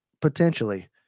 potentially